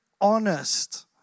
honest